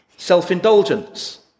Self-indulgence